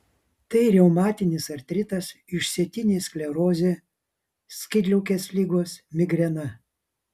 tai reumatinis artritas išsėtinė sklerozė skydliaukės ligos migrena